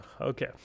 okay